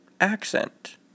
accent